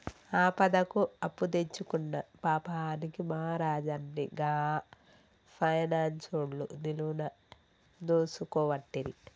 ఆపదకు అప్పుదెచ్చుకున్న పాపానికి మా రాజన్ని గా పైనాన్సోళ్లు నిలువున దోసుకోవట్టిరి